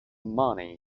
money